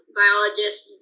biologist